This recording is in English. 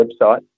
website